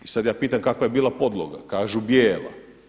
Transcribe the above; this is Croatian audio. I sada ja pitam kakva je bila podloga, kažu bijela.